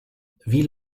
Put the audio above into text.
wie